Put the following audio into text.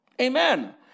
Amen